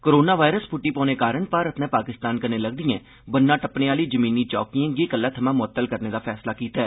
corona virus फुटी पौने कारण भारत नै पाकिस्तान कन्नै लगदिएं बन्ना टप्पने आली ज़मीनी चौकिएं गी कल्ला थमां मोआत्तल करने दा फैसला कीता ऐ